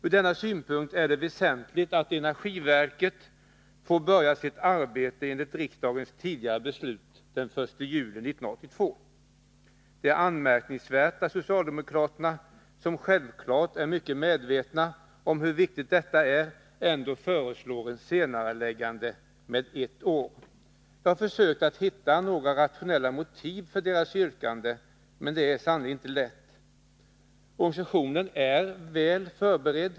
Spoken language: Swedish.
Ur denna synpunkt är det väsentligt att energiverket får börja sitt arbete enligt riksdagens tidigare beslut, den första 1 juli 1982. Det är anmärkningsvärt att socialdemokraterna, som självfallet är mycket medvetna om hur viktigt detta är, ändå föreslår senareläggande med ett år. Jag har försökt att hitta några rationella motiv för deras yrkande, men det är sannerligen inte lätt. Organisationen är väl förberedd.